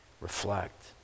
reflect